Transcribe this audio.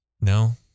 No